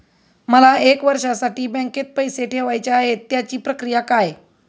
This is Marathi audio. मला एक वर्षासाठी बँकेत पैसे ठेवायचे आहेत त्याची प्रक्रिया काय?